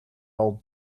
old